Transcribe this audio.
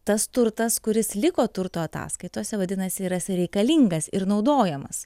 tas turtas kuris liko turto ataskaitose vadinasi yra reikalingas ir naudojamas